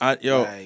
Yo